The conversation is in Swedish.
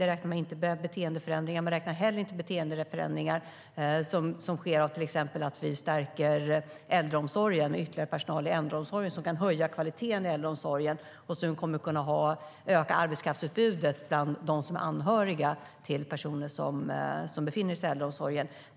Där räknar man inte med beteendeförändringar. Man räknar inte heller med beteendeförändringar som sker till exempel genom att vi stärker äldreomsorgen genom ytterligare personal i äldreomsorgen som kan höja kvaliteten där och öka arbetskraftsutbudet bland dem som är anhöriga till personer som befinner sig i äldreomsorgen.